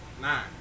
Nine